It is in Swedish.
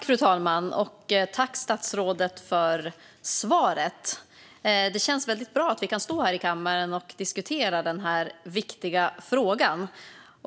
Fru talman! Jag tackar statsrådet för svaret. Det känns bra att vi kan stå här i kammaren och diskutera denna viktiga fråga.